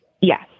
Yes